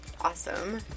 awesome